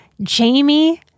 jamie